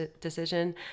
decision